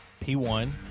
p1